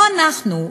לא אנחנו,